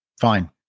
fine